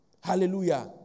Hallelujah